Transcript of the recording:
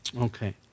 Okay